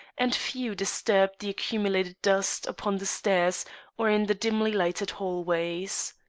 and few disturbed the accumulated dust upon the stairs or in the dimly-lighted hallways.